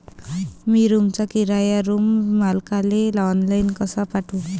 मी रूमचा किराया रूम मालकाले ऑनलाईन कसा पाठवू?